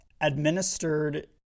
administered